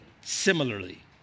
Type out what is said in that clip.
similarly